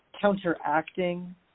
counteracting